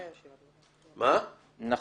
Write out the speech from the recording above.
נכון.